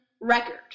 record